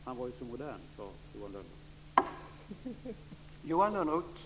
Han var ju så modern sade Johan Lönnroth.